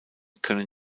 können